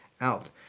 out